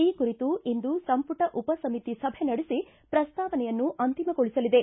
ಈ ಕುರಿತು ಇಂದು ಸಂಪುಟ ಉಪಸಮಿತಿ ಸಭೆ ನಡೆಸಿ ಪ್ರಸ್ತಾವನೆಯನ್ನು ಅಂತಿಮಗೊಳಿಸಲಿದೆ